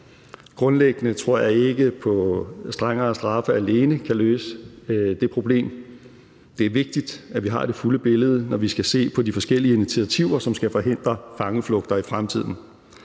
Grundlæggende tror jeg ikke på, at strengere straffe alene kan løse det problem. Det er vigtigt, at vi har det fulde billede, når vi skal se på de forskellige initiativer, som skal forhindre fangeflugter i fremtiden.